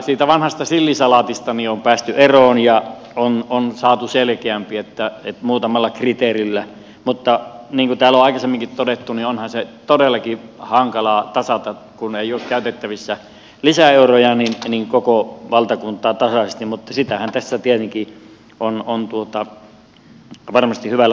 siitä vanhasta sillisalaatista on päästy eroon ja tästä on saatu selkeämpi muutamalla kriteerillä mutta niin kuin täällä on aikaisemminkin todettu onhan se todellakin hankalaa tasata kun ei ole käytettävissä lisäeuroja koko valtakuntaa tasaisesti mutta sitähän tässä on varmasti hyvällä tahdolla haettu